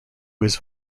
was